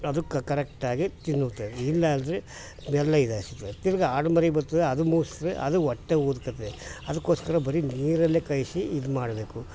ಅದು ಕರೆಕ್ಟಾಗಿ ತಿನ್ನುತ್ತೆ ಇಲ್ಲಾಂದರೆ ತಿರ್ಗಿ ಆಡು ಮರಿ ಬರ್ತವೆ ಅದು ಮೂಸಿರೆ ಅದು ಹೊಟ್ಟೆ ಊದ್ಕೋತದೆ ಅದಕ್ಕೋಸ್ಕರ ಬರೀ ನೀರಲ್ಲೇ ಕಲ್ಸಿ ಇದು ಮಾಡಬೇಕು